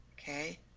okay